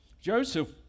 Joseph